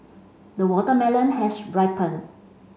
the watermelon has ripened